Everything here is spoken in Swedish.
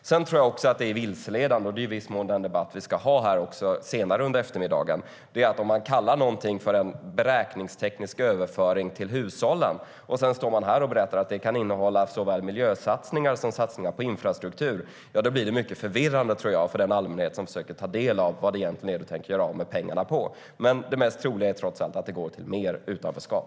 Dessutom tror jag att det är vilseledande - det är i viss mån den debatt vi ska ha här senare under eftermiddagen - att kalla någonting för en beräkningsteknisk överföring till hushållen och samtidigt stå här och berätta att den kan innehålla såväl miljösatsningar som satsningar på infrastruktur. Det blir mycket förvirrande, tror jag, för den allmänhet som försöker ta del av vad du egentligen tänker göra av med pengarna på. Det mest troliga är trots allt att de går till mer utanförskap.